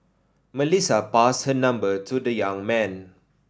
Melissa passed her number to the young man